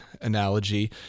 analogy